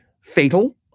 fatal